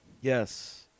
Yes